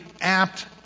apt